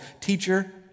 teacher